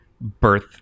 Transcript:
birth